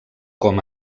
com